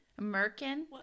merkin